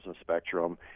spectrum